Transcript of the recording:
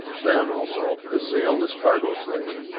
then, also, the sailless cargo slave,